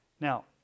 now